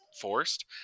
forced